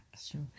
sure